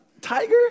Tiger